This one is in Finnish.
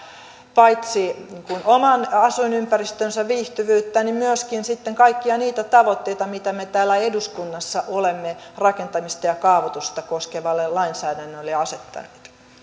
paitsi oman asuinympäristönsä viihtyvyyttä myöskin sitten kaikkia niitä tavoitteita mitä me täällä eduskunnassa olemme rakentamista ja kaavoitusta koskevalle lainsäädännölle asettaneet